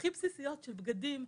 הכי בסיסיות של בגדים,